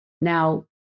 now